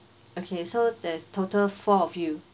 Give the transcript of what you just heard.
okay so there's total four of you